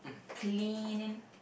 cleaning